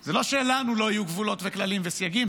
זה לא שלנו לא יהיו גבולות וכללים וסייגים,